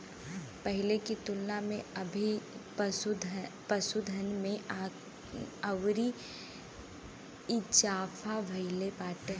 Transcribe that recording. पहिले की तुलना में अभी पशुधन में अउरी इजाफा भईल बाटे